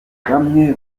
bamwe